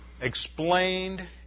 explained